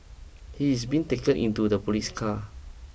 he is being taken into the police car